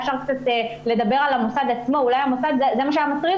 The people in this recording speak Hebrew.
אפשר היה לדבר על המוסד עצמו ואולי זה מה שהיה מטריד